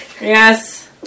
Yes